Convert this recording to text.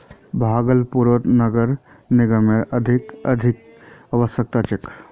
भागलपुर नगर निगमक अधिक निधिर अवश्यकता छ